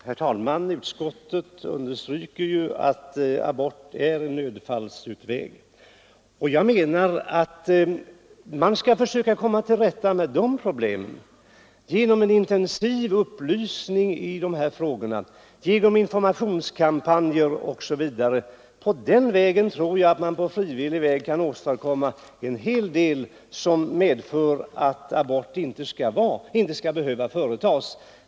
Herr talman! Utskottsmajoriteten understryker att abort är en nödfallsåtgärd. Jag anser att man skall försöka komma till rätta med problemet genom en intensiv upplysning i de här frågorna, genom informationskampanjer osv. Därigenom tror jag att man kan, på frivillig väg, nå därhän att abort inte skall behöva företas.